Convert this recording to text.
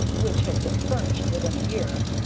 which had been furnished within a year.